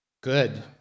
Good